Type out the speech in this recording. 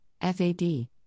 FAD